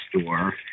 store